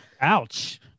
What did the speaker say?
ouch